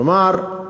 כלומר,